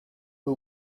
who